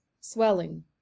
swelling